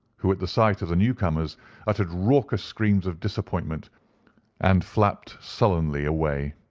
who, at the sight of the new comers uttered raucous screams of disappointment and flapped sullenly away.